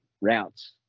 routes